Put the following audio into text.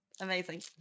Amazing